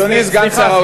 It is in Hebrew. אדוני סגן שר האוצר,